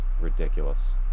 ridiculous